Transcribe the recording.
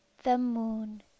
the moon